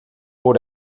por